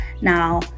Now